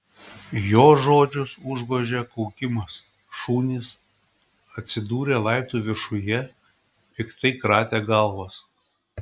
jo žodžius užgožė kaukimas šunys atsidūrę laiptų viršuje piktai kratė galvas